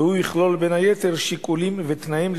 אני קובע שהצעת חוק לתיקון פקודת הנמלים (מס' 4)